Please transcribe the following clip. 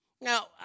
Now